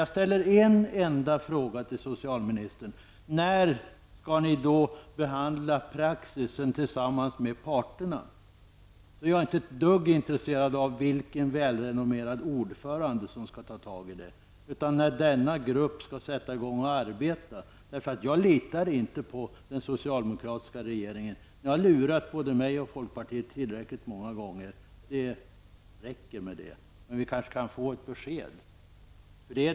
Jag ställde en enda fråga till socialministern om när praxis sedan skall behandlas tillsammans med parterna, men jag är inte ett dugg intresserad av vilken välrenommerad ordförande som skall ta itu med detta, utan jag är intresserad av när denna grupp skall sätta i gång att arbeta. Jag litar inte på den socialdemokratiska regeringen. Ni har lurat både mig och folkpartiet tillräckligt många gånger, så det får räcka med det. Men jag kan kanske få ett besked.